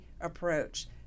approach